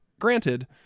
granted